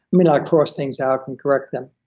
and cross things out, and correct them,